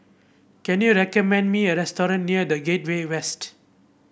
can you recommend me a restaurant near The Gateway West